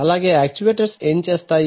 అలాగే యాక్చువేటర్స్ ఏం చేస్తాయి